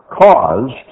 caused